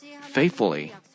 faithfully